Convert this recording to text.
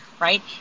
right